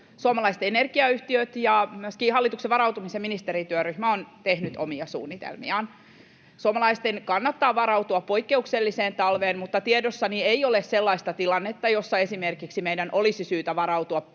suomalaiset energiayhtiöt ja myöskin hallituksen varautumisen ministerityöryhmä on tehnyt omia suunnitelmiaan. Suomalaisten kannattaa varautua poikkeukselliseen talveen, mutta tiedossani ei ole sellaista tilannetta, jossa esimerkiksi meidän olisi syytä varautua pitkiin